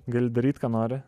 gali daryt ką nori